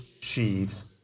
sheaves